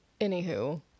anywho-